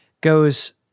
goes